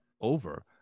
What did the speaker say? over